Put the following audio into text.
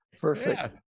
Perfect